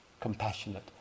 compassionate